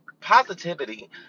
positivity